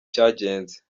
cyagenze